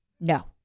no